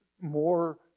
more